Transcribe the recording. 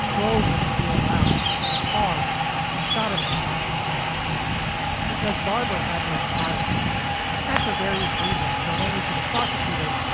drove with the dealer yeah out in the car and shot him in the back of the head because barber had no priors and for various reasons known only to the prosecutor.